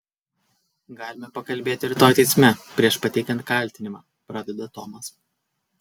galime pakalbėti rytoj teisme prieš pateikiant kaltinimą pradeda tomas